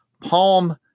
palm